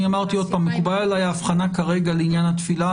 אמרתי שמקובלת עליי ההבחנה כרגע לעניין התפילה,